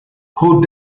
who